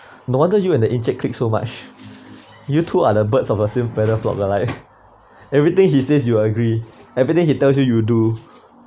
no wonder you and the encik click so much you two are the birds of a feather flock where like everything she says you will agree everything he tells you you do